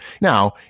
Now